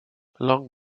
long